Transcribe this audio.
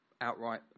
outright